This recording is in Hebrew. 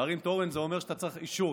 להרים תורן זה אומר שאתה צריך אישור.